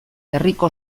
herriko